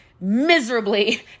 miserably